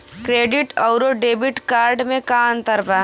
Credit अउरो debit card मे का अन्तर बा?